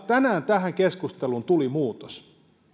tänään tähän keskusteluun tuli muutos